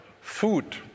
food